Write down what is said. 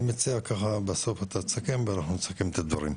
ואני מציע ככה בסוף שאתה תסכם ואנחנו נסכם את הדברים.